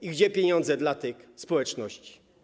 I gdzie pieniądze dla tych społeczności?